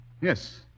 Yes